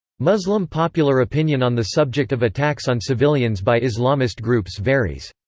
muslim popular opinion on the subject of attacks on civilians by islamist groups varies.